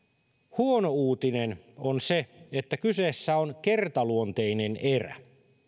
huono uutinen on se että kyseessä on kertaluonteinen erä